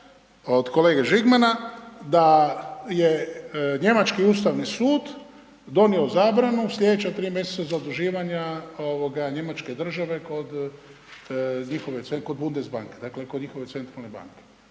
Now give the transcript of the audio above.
od kolege Žigmana da je njemački Ustavni sud donio zabranu sljedeća 3 mjeseca zaduživanja njemačke države kod njihove .../nerazumljivo/... kod Bundesbanke, dakle kod njihove centralne banke.